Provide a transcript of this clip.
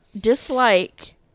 dislike